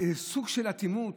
סוג של אטימות,